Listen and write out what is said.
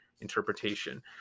interpretation